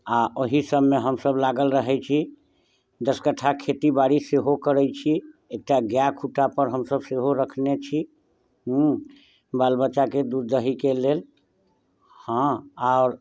आओर ओही सबमे हमसब लागल रहै छी दस कट्ठा खेती बाड़ी सेहो करै छी एकटा गाय खुट्टापर हमसब सेहो रखने छी हूँ बाल बच्चाके दूध दहीके लेल हँ आओर